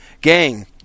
Gang